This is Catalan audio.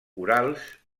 corals